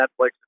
Netflix